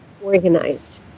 organized